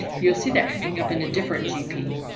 you'll see that coming up in a different gp.